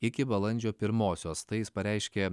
iki balandžio pirmosios tai jis pareiškė